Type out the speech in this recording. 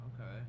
Okay